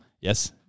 Yes